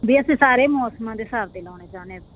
ਵੀ ਅਸੀਂ ਸਾਰੇ ਮੌਸਮਾਂ ਦੇ ਹਿਸਾਬ 'ਤੇ ਲਾਉਣੇ ਚਾਹੁੰਦੇ